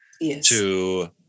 Yes